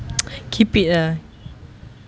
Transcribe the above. keep it ah